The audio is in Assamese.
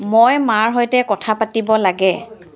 মই মাৰ সৈতে কথা পাতিব লাগে